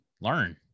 learn